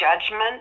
judgment